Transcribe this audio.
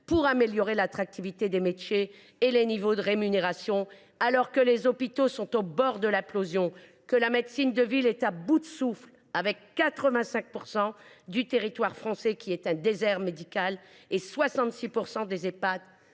pour améliorer l’attractivité des métiers et les niveaux de rémunération, alors même que les hôpitaux sont au bord de l’implosion et que la médecine de ville est à bout de souffle : 85 % du territoire français est un désert médical et 66 % des Ehpad